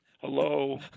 Hello